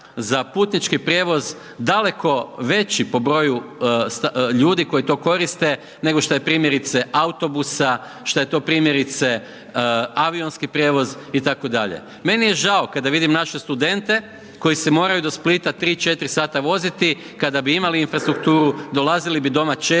za putnički prijevoz, daleko veći po broju ljudi koji to koriste, nego što je primjerice autobusa, šta je to primjerice avionski prijevoz itd. Meni je žao kada vidim naše studente, koji se moraju do Splita 3-4 sata voziti, kada bi imali infrastrukturu, dolazili bi doma češće